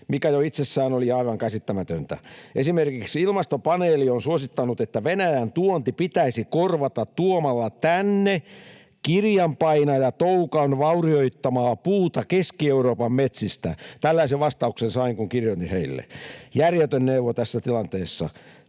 mikä jo itsessään oli aivan käsittämätöntä. Esimerkiksi ilmastopaneeli on suosittanut, että Venäjän-tuonti pitäisi korvata tuomalla tänne kirjanpainajatoukan vaurioittamaa puuta Keski-Euroopan metsistä. Tällaisen vastauksen sain, kun kirjoitin heille — järjetön neuvo tässä tilanteessa.